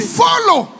follow